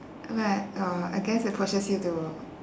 but oh I guess it pushes you to